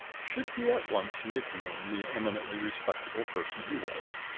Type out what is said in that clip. should he at once make known the eminently respectable person he was,